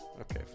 Okay